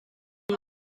did